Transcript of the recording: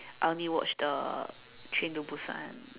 I only watch the Train to Busan